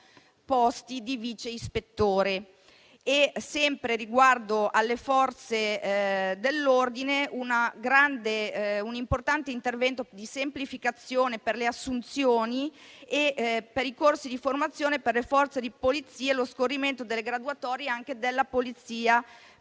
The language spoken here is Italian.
posti di vice ispettore. Sempre riguardo alle Forze dell'ordine, è previsto un importante intervento di semplificazione per le assunzioni e per i corsi di formazione per le Forze di polizia e lo scorrimento delle graduatorie anche della Polizia